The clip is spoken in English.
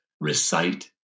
recite